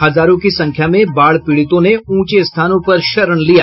हजारों की संख्या में बाढ़ पीड़ितों ने ऊंचे स्थानों पर शरण लिया